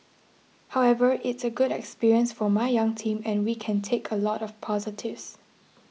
however it's a good experience for my young team and we can take a lot of positives